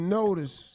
notice